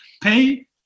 pay